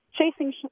chasing